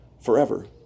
forever